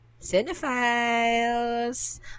Cinephiles